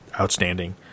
outstanding